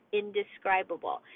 indescribable